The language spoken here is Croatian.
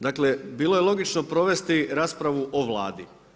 Dakle, bilo je logično provesti raspravu o Vladi.